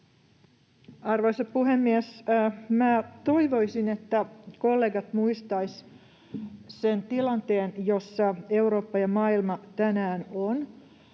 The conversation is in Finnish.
Arvoisa puhemies! Minä toivoisin, että kollegat muistaisivat sen tilanteen, jossa Eurooppa ja maailma tänään on.